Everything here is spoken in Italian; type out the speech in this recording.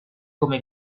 come